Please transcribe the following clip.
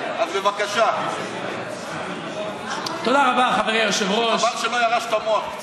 אז, בבקשה, חבל שלא ירשת מוח קצת.